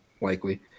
likely